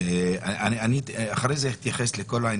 אחר כך אני אתייחס לכל העניין.